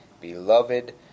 beloved